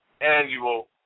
annual